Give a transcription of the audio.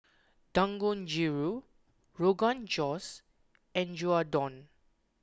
Dangojiru Rogan Josh and Gyudon